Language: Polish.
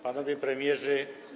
Panowie Premierzy!